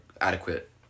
adequate